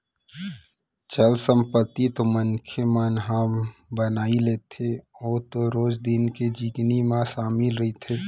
चल संपत्ति तो मनखे मन ह बनाई लेथे ओ तो रोज दिन के जिनगी म सामिल रहिथे